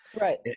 Right